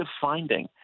finding